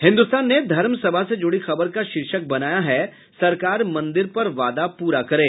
हिन्दुस्तान ने धर्मसभा से जुड़ी खबर का शीर्षक बनाया है सरकार मंदिर पर वादा पूरा करे